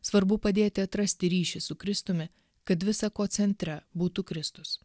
svarbu padėti atrasti ryšį su kristumi kad visa ko centre būtų kristus